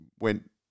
went